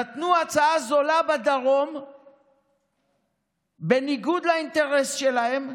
נתנו הצעה זולה בדרום בניגוד לאינטרס שלהם,